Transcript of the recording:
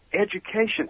Education